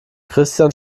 christian